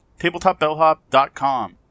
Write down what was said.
tabletopbellhop.com